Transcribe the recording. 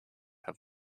have